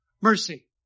mercy